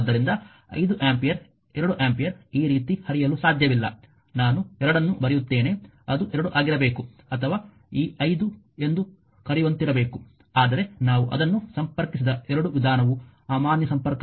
ಆದ್ದರಿಂದ 5 ampere 2 ampere ಈ ರೀತಿ ಹರಿಯಲು ಸಾಧ್ಯವಿಲ್ಲ ನಾನು ಎರಡನ್ನೂ ಬರೆಯುತ್ತೇನೆ ಅದು 2 ಆಗಿರಬೇಕು ಅಥವಾ ಈ 5 ಎಂದು ಕರೆಯುವಂತಿರಬೇಕು ಆದರೆ ನಾವು ಅದನ್ನು ಸಂಪರ್ಕಿಸಿದ ಎರಡೂ ವಿಧಾನವು ಅಮಾನ್ಯ ಸಂಪರ್ಕವಾಗಿದೆ